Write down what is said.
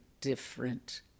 different